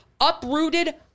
uprooted